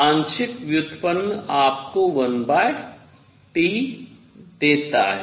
आंशिक व्युत्पन्न आपको 1T देता है